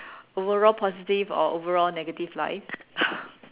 overall positive or overall negative life